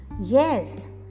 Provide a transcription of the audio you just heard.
Yes